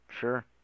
Sure